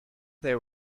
there